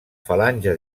falange